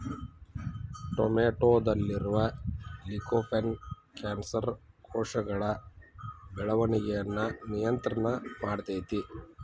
ಟೊಮೆಟೊದಲ್ಲಿರುವ lycopene cancer ಕೋಶಗಳ ಬೆಳವಣಿಗಯನ್ನ ನಿಯಂತ್ರಣ ಮಾಡ್ತೆತಿ